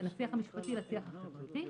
בין השיח המשפטי לשיח החברתי,